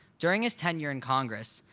during his tenure in congress,